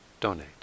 donate